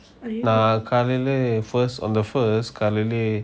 ah currently first on the first currently